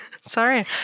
sorry